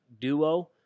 duo